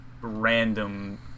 random